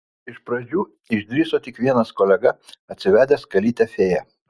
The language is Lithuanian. iš pradžių išdrįso tik vienas kolega atsivedęs kalytę fėją